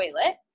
toilet